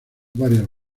varias